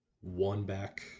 one-back